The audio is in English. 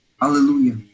Hallelujah